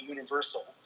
Universal